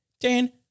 Dan